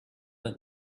let